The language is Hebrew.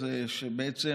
זה שבעצם